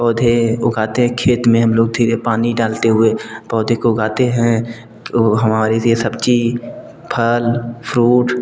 पौधे उगाते हैं खेत में हम लोग धीरे पानी डालते हुए पौधे को उगाते हैं वो हमारे लिए सब्जी फल फ्रुट